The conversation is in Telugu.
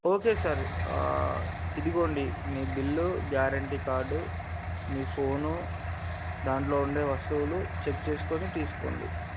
ఓకే సార్ ఇదిగోండి మీ బిల్లు గ్యారంటీ కార్డు మీ ఫోను దాంట్లో ఉండే వస్తువులు చెక్ చేసుకొని తీసుకోండి